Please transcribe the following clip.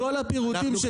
כל הפירוטים,